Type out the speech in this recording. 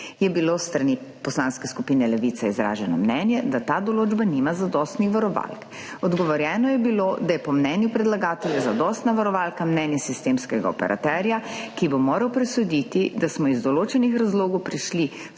Je bilo s strani Poslanske skupine Levica izraženo mnenje, da ta določba nima zadostnih varovalk. Odgovorjeno je bilo, da je po mnenju predlagatelja zadostna varovalka mnenje sistemskega operaterja, ki bo moral presoditi, da smo iz določenih razlogov prišli